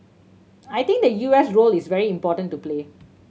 I think the U S role is very important to play